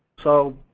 so